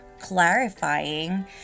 clarifying